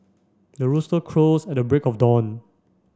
the rooster crows at the break of dawn